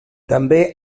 també